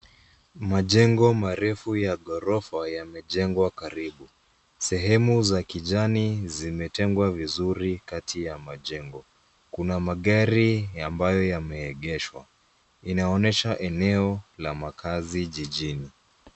Majengo marefu ya ghorofa yamejengwa karibu. Sehemu za kijani zimetengwa vizuri kati ya majengo. Kuna magari ambayo yameegeshwa. Inaonesha eneo la makazi jijini.